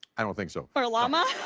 i done think so. or a llama.